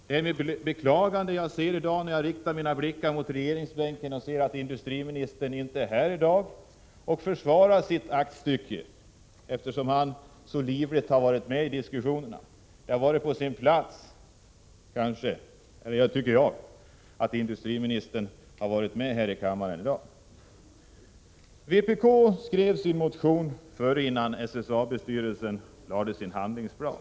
Det är med beklagande som jag konstaterar, när jag riktar mina blickar mot regeringsbänken, att industriministern inte är här i dag och försvarar sitt aktstycke, trots att han så livligt har deltagit i diskussionerna om detta. Jag tycker att det hade varit på sin plats att industriministern hade varit med i debatten i kammaren i dag. Vpk skrev sin motion innan SSAB:s styrelse lade fram sin handlingsplan.